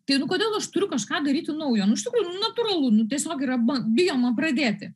tai nu kodėl aš turiu kažką daryti naujo nu iš tikrųjų nu natūralu nu tiesiog yra ban bijoma pradėti